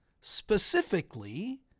specifically